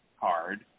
card